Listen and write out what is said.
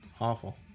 Awful